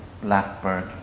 blackbird